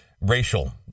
racial